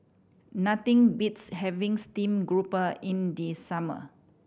nothing beats having steamed grouper in the summer